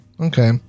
Okay